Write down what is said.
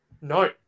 No